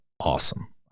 awesome